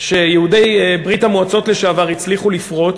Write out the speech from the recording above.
שיהודי ברית-המועצות לשעבר הצליחו לפרוץ,